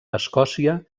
escòcia